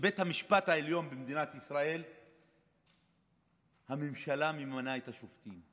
שלבית המשפט העליון במדינת ישראל הממשלה ממנה את השופטים,